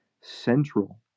central